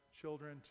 children